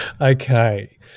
okay